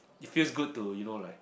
it feels good to you know like